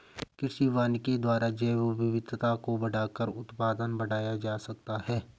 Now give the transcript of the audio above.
कृषि वानिकी के द्वारा जैवविविधता को बढ़ाकर उत्पादन बढ़ाया जा सकता है